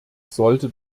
sollte